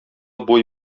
буй